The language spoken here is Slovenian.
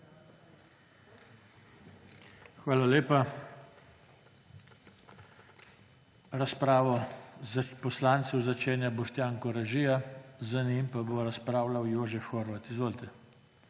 Hvala lepa. Razpravo poslancev začenja Boštjan Koražija, za njim bo razpravlja Jožef Horvat. Izvolite.